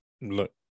look